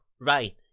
right